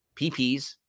PPs